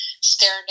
staring